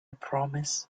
promise